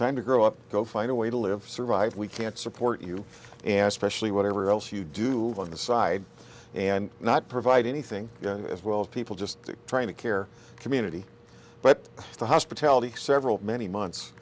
time to grow up go find a way to live survive we can't support you and especially whatever else you do on the side and not provide anything as well as people just trying to care community but the hospitality several many months